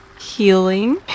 Healing